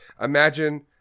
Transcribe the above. Imagine